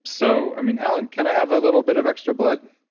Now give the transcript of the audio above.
so, i mean, alan, can i have a little bit of extra blood?